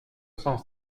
cent